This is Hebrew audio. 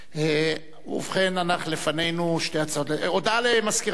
השר, אני מודה